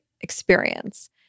experience